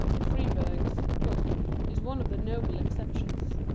freeburg's book is one of the noble exceptions.